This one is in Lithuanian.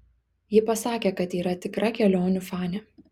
ji pasakė kad yra tikra kelionių fanė